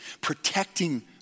Protecting